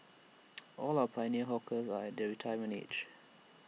all our pioneer hawkers are their retirement age